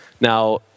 Now